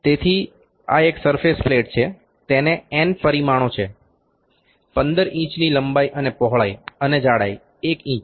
તેથી આ એક સરફેસ પ્લેટ છે તેને n પરિમાણો છે 15 ઇંચની લંબાઈ અને પહોળાઈ અને જાડાઈ 1 ઇંચ